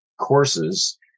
courses